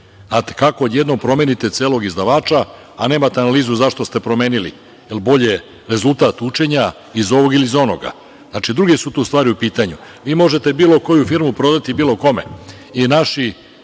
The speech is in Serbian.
kako odjednom promenite celog izdavača, a nemate analizu zašto ste promenili? Je li bolji rezultat učenja iz ovog ili iz onog? Znači, druge su tu stvari u pitanju. Vi možete bilo koju firmu prodati bilo kome